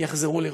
יחזרו לרבות.